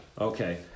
Okay